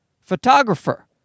photographer